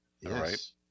Yes